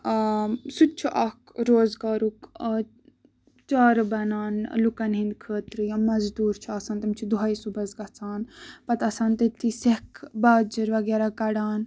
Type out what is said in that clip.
آ سُہ تہِ چھُ اکھ روزگارُک چارٕ بَنان لُکن ہِندۍ خٲطرٕ یا موزدوٗر چھُ آسان تِم چھِ دۄہے صبُحَس گژھان پَتہٕ آسان تٔتھۍ سیکھ باجِر وغیرہ کَڈان